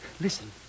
Listen